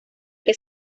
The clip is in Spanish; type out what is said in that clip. que